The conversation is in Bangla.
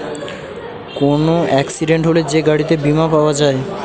কোন এক্সিডেন্ট হলে যে গাড়িতে বীমা পাওয়া যায়